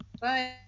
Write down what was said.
Bye